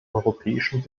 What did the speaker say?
europäischen